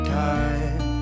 time